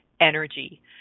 energy